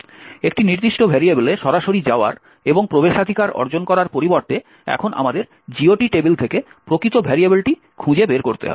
একটি নির্দিষ্ট ভেরিয়েবলে সরাসরি যাওয়ার এবং প্রবেশাধিকার অর্জন করার পরিবর্তে এখন আমাদের GOT টেবিল থেকে প্রকৃত ভেরিয়েবলটি খুঁজে বের করতে হবে